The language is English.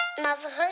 Motherhood